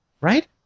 Right